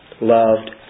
loved